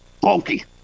bulky